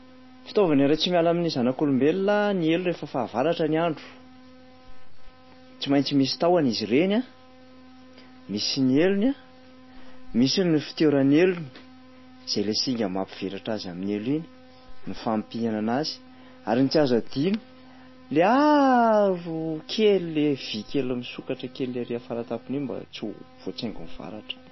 Fitaovana iray tsy miala amin'ny zanak'olombelona ny elo rehefa fahavaratra ny andro. Tsy maintsy misy tahony izy ireny a, misy ny elony a, misy ny fitoeran'ny elony zay lay singa mampivelatra azy amin'ny elo iny, ny fampihana anazy ary ny tsy azo adino le aro kely- le vy kely misokatra kely ery afaratampony iny mba tsy ho voatsaingon'ny varatra.